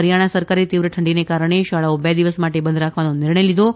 હરિયાણા સરકારે તીવ્ર ઠંડીને કારણે શાળાઓ બે દિવસ માટે બંધ રાખવાનો નિર્ણય લીધો છે